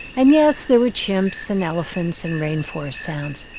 and, yes, there were chimps and elephants and rainforest sounds.